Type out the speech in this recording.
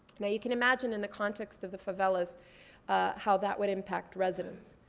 yeah you can imagine in the context of the favelas how that would impact residents.